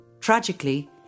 Tragically